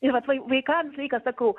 ir vat vai vaikam visą laiką sakau